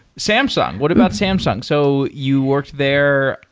samsung. what about samsung? so you worked there.